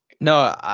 No